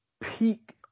peak